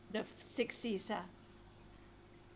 the six Cs ah